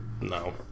No